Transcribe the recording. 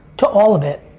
to all of it.